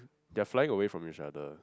they're flying away from each other